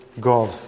God